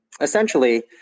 Essentially